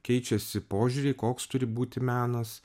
keičiasi požiūriai koks turi būti menas